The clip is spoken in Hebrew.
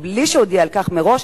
בלי שהודיע על כך מראש,